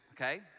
okay